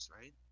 right